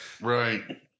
Right